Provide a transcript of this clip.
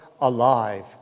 alive